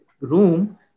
room